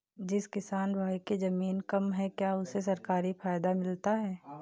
जिस किसान भाई के ज़मीन कम है क्या उसे सरकारी फायदा मिलता है?